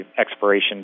expiration